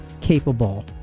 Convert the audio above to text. capable